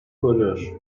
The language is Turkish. koruyor